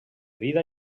vida